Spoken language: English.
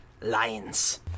Lions